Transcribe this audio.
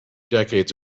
decades